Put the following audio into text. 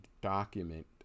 document